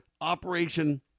Operation